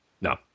No